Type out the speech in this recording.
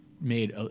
made